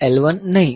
7L1 નહીં